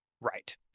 Right